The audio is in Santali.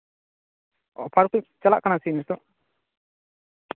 ᱚᱯᱷᱟᱨ ᱠᱚ ᱪᱟᱞᱟᱜ ᱠᱟᱱᱟ ᱥᱮ ᱪᱮᱫ ᱱᱤᱛᱚᱜ